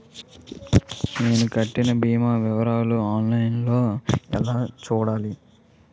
నేను కట్టిన భీమా వివరాలు ఆన్ లైన్ లో ఎలా చూడాలి?